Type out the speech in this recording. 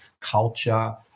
culture